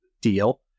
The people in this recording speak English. deal